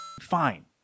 fine